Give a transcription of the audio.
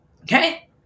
okay